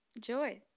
joy